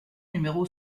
numéro